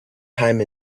time